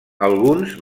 alguns